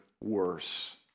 worse